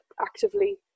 actively